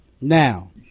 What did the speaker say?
Now